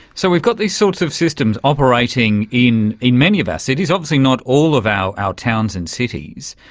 so we've got these sorts of systems operating in in many of our cities, obviously not all of our our towns and cities,